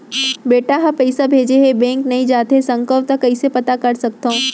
बेटा ह पइसा भेजे हे बैंक नई जाथे सकंव त कइसे पता कर सकथव?